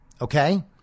Okay